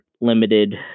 limited